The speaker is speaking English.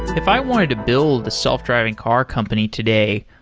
if i wanted to build a self-driving car company today,